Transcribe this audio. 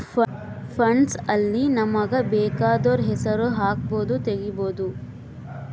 funds ಅಲ್ಲಿ ನಮಗ ಬೆಕಾದೊರ್ ಹೆಸರು ಹಕ್ಬೊದು ತೆಗಿಬೊದು